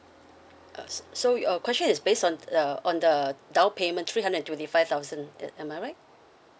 uh so your question is based on uh on the down payment three hundred twenty five thousand that am I right